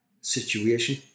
situation